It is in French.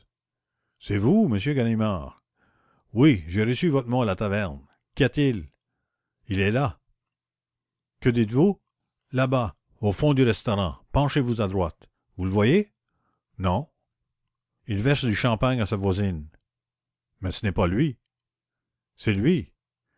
c'est vous monsieur ganimard oui j'ai reçu votre mot à la taverne qu'y a-t-il il est là que dites-vous là-bas au fond du restaurant penchez vous à droite vous le voyez non il verse du champagne à sa voisine mais ce n'est pas lui c'est lui